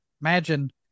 Imagine